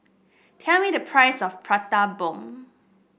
tell me the price of Prata Bomb